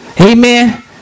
Amen